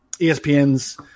ESPN's